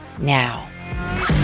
now